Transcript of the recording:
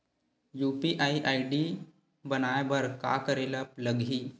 UPI ID बनाये बर का करे ल लगही?